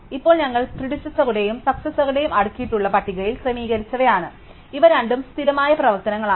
ഇപ്പോൾ ഞങ്ങൾ പ്രീഡിസസുരേടെയും സാക്സസറുടെയും അടുക്കിയിട്ടുള്ള പട്ടികയിൽ ക്രമീകരിച്ചവയാണ് അതിനാൽ ഇവ രണ്ടും സ്ഥിരമായ പ്രവർത്തനങ്ങളാണ്